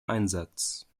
einsatz